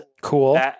Cool